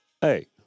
Hey